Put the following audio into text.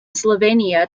slovenia